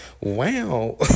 wow